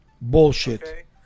Bullshit